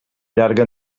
llarga